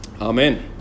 Amen